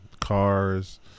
Cars